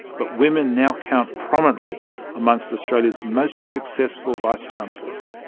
but women now count prominently among so australia's most successful vice-chancellors.